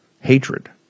hatred